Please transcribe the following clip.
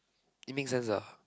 it make sense ah